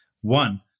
One